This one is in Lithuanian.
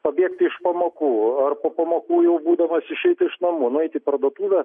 pabėgti iš pamokų ar po pamokų jau būdamas išeiti iš namų nueit į parduotuvę